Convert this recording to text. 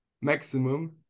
maximum